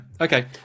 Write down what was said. okay